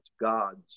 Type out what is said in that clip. God's